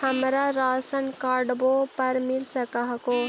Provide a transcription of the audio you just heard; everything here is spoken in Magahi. हमरा राशनकार्डवो पर मिल हको?